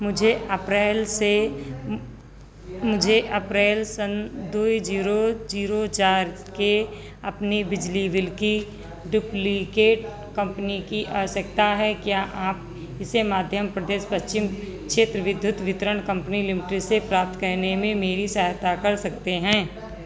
मुझे अप्रैल दो zero zero चार के अपने बिजली बिल की डुप्लिकेट कपनी की आवश्यकता है क्या आप इसे माध्यम प्रदेश पश्चिम क्षेत्र विद्युत वितरण कंपनी लिमिटेड से प्राप्त करने में मेरी सहायता कर सकते हैं